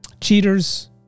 cheaters